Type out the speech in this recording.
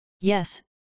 Yes